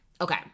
Okay